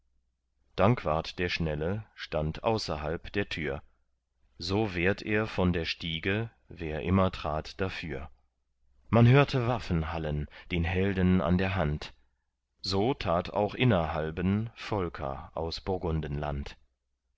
dankwart der schnelle stand außerhalb der tür so wehrt er von der stiege wer immer trat dafür man hörte waffen hallen den helden an der hand so tat auch innerhalben volker aus